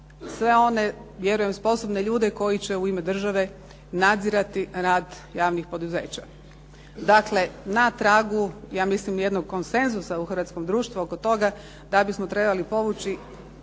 sve one vjerujem sposobne ljude koji će u ime države nadzirati rad javnih poduzeća. Dakle, na tragu ja mislim jednog konsenzusa u hrvatskom društvu oko toga da bismo trebali povući